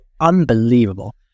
unbelievable